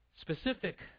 specific